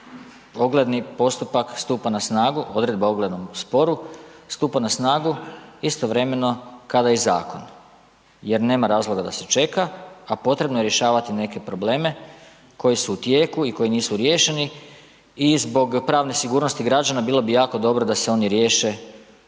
ogledni postupak stupa na snagu, odredba o oglednom sporu, stupa na snagu istovremeno kada i zakon jer nema razloga da se čeka a potrebno je rješavati neke probleme koji su u tijeku i koji nisu riješeni i zbog pravne sigurnosti građana bilo bi jako dobro da se oni riješe